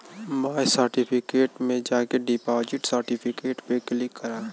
माय certificate में जाके deposit certificate पे क्लिक करा